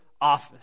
office